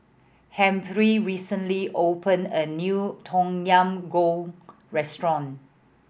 Humphrey recently opened a new Tom Yam Goong restaurant